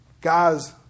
Guys